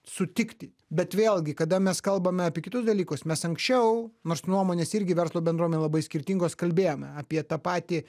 sutikti bet vėlgi kada mes kalbame apie kitus dalykus mes anksčiau nors nuomonės irgi verslo bendruomenėj labai skirtingos kalbėjome apie tą patį